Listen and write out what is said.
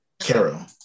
Carol